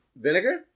vinegar